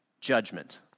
judgment